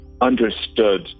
understood